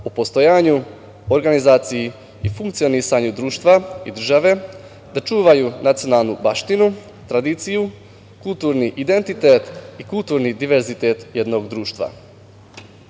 o postojanju, organizaciji i funkcionisanju društva i države da čuvaju nacionalnu baštinu, tradiciju, kulturni identitet i kulturni diverzitet jednog društva. Svi